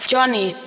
Johnny